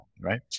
right